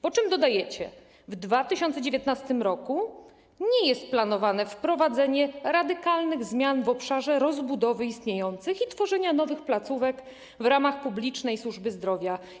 Po czym dodajecie: w 2019 r. nie jest planowane wprowadzenie radykalnych zmian w obszarze rozbudowy istniejących i tworzenia nowych placówek w ramach publicznej służby zdrowia.